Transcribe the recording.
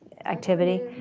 activity.